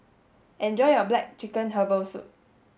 enjoy your black chicken herbal soup